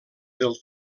del